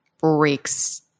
breaks